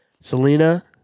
Selena